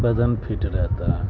بدن پھٹ رہتا ہے